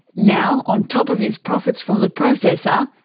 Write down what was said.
now, on top of his profits from the processor,